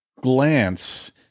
glance